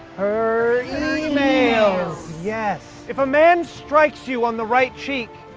her emails. yes. if a man strikes you on the right cheek,